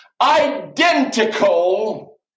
identical